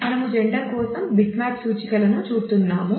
మనము జెండర్ కోసం బిట్మ్యాప్ సూచికను చూపుతున్నాము